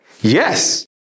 Yes